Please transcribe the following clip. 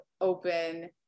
open